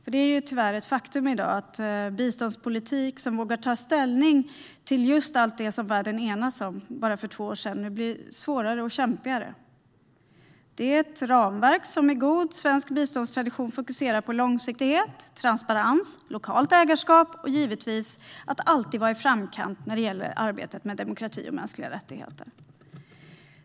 I dag är det tyvärr ett faktum att biståndspolitik som vågar ta ställning för just det som världen enades om för bara två år sedan nu blir svårare och kämpigare. Det är ett ramverk som i god svensk biståndstradition fokuserar på långsiktighet, transparens, lokalt ägarskap och givetvis på att alltid vara i framkant när det gäller arbetet med demokrati och mänskliga rättigheter.